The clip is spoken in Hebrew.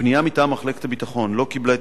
הפנייה מטעם מחלקת הביטחון לא קיבלה את